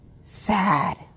Sad